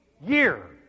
year